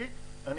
ממשלתי קטן,